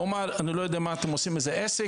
הוא אמר: אני לא יודע מה אתם עושים מזה עסק,